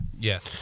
yes